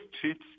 treats